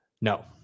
No